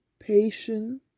Patience